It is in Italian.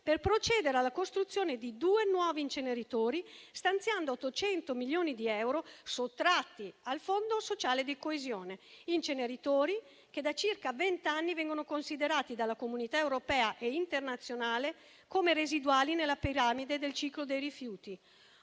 per procedere alla costruzione di due nuovi inceneritori, stanziando 800 milioni di euro sottratti al Fondo sociale di coesione. Si tratta di inceneritori che da circa vent'anni vengono considerati dalla comunità europea e internazionale come residuali nella piramide del ciclo dei rifiuti: